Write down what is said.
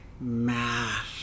math